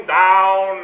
down